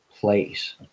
place